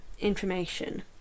information